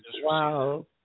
Wow